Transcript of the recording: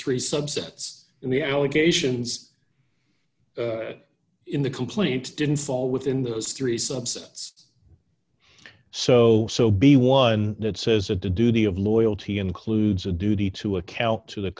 three subsets in the allegations in the complaint didn't fall within those three subsets so so be one that says that the duty of loyalty includes a duty to account to the